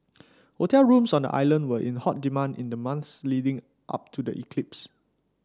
hotel rooms on the island were in hot demand in the months leading up to the eclipse